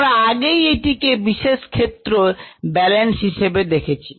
আমরা আগেই এটিকে বিশেষ ক্ষেত্রে ব্যালেন্স হিসেবে দেখেছি